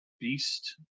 beast